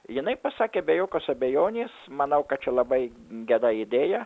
jinai pasakė be jokios abejonės manau kad čia labai gera idėja